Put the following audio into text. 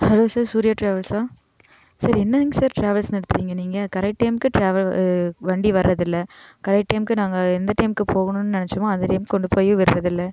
hello sir Surya டிராவல்ஸா sir என்னங்க sir travels நடத்துகிறீங்க நீங்கள் கரெக்ட் டைமுக்கு வண்டி வர்றது இல்லை கரெக்ட் டைமுக்கு நாங்கள் எந்த டைமுக்கு போகணும்னு நெனைச்சமோ அந்த டைமுக்கு கொண்டு போய் விடுறது இல்லை